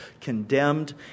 condemned